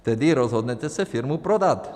Tedy rozhodnete se firmu prodat.